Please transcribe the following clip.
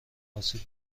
آسیب